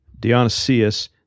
Dionysius